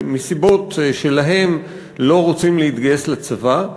שמסיבות שלהם לא רוצים להתגייס לצבא,